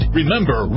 remember